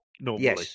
normally